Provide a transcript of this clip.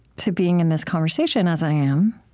to being in this conversation, as i am,